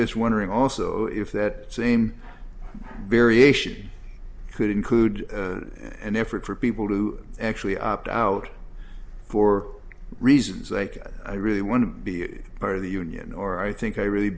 wondering also if that same variation could include an effort for people who actually opt out for reasons like i really want to be part of the union or i think i really